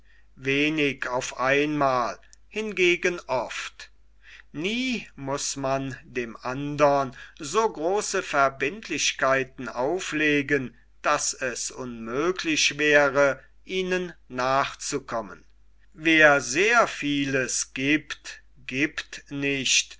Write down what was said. wenig auf ein mal hingegen oft nie muß man dem andern so große verbindlichkeiten auflegen daß es unmöglich wäre ihnen nachzukommen wer sehr vieles giebt giebt nicht